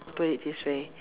put it this way